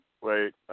Wait